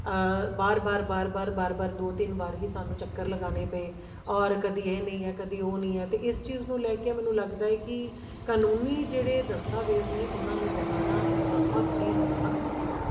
ਵਾਰ ਵਾਰ ਵਾਰ ਵਾਰ ਵਾਰ ਵਾਰ ਦੋ ਤਿੰਨ ਵਾਰ ਹੀ ਸਾਨੂੰ ਚੱਕਰ ਲਗਾਉਣੇ ਪਏ ਔਰ ਕਦੇ ਇਹ ਨਹੀਂ ਹੈ ਕਦੇ ਉਹ ਨਹੀਂ ਹੈ ਅਤੇ ਇਸ ਚੀਜ਼ ਨੂੰ ਲੈ ਕੇ ਮੈਨੂੰ ਲੱਗਦਾ ਕਿ ਕਾਨੂੰਨੀ ਜਿਹੜੇ ਦਸਤਾਵੇਜ਼ ਨੇ ਉਹਨਾਂ ਨੂੰ ਬਣਾਉਣਾ ਬਹੁਤ ਹੀ ਜ਼ਿਆਦਾ ਔਖਾ